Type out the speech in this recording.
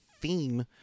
theme